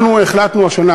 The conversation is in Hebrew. החלטנו השנה,